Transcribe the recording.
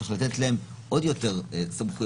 צריך לתת להם עוד יותר סמכויות,